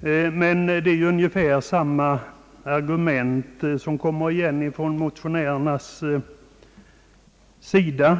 Det är ungefär samma argument som kommer igen från motionärernas sida.